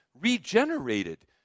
regenerated